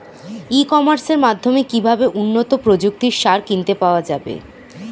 ই কমার্সের মাধ্যমে কিভাবে উন্নত প্রযুক্তির সার কিনতে পাওয়া যাবে?